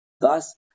Thus